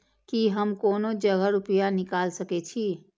की हम कोनो जगह रूपया निकाल सके छी?